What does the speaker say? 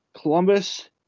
Columbus